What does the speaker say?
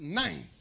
nine